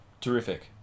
Terrific